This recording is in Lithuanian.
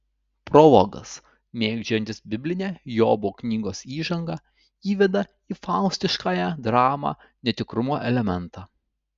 prologas mėgdžiojantis biblinę jobo knygos įžangą įveda į faustiškąją dramą netikrumo elementą